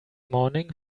morning